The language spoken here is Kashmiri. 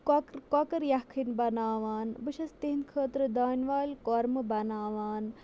کۄکٕر کۄکٕر یَکھٕنۍ بَناوان بہٕ چھَس تِہِنٛدۍ خٲطرٕ دانہِ وَل کۄرمہٕ بَناوان